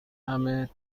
همه